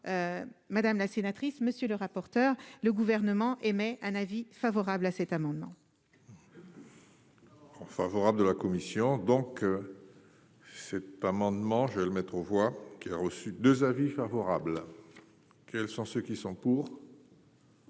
madame la sénatrice, monsieur le rapporteur, le Gouvernement émet un avis favorable à cet amendement. En favorable de la commission donc cet amendement, je vais le mettre aux voix qui a reçu 2 avis favorables. Quels sont ceux qui sont cours.